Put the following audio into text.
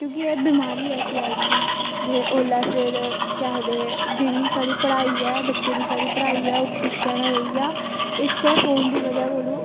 क्योंकि एह् बिमारी ऐसी आई दी ही ते उसले फिर के आक्खदे जेहड़ी साढ़ी पढ़ाई ऐ बच्चे दी साढ़ी पढाई ऐ ओह् पिच्छे ना रेही जा इस्सै फोन दी बजह कोला